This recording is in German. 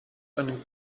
einen